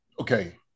okay